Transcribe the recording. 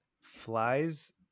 flies